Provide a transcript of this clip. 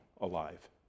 alive